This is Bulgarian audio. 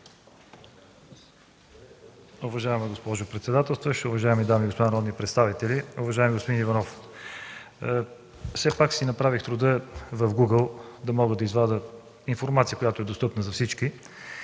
Уважаема госпожо председател, уважаеми дами и господа народни представители! Уважаеми господин Иванов, все пак си направих труда в Google да извадя информация, която е достъпна за всички.